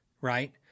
Right